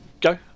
Go